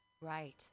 Right